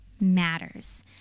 matters